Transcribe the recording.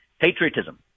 Patriotism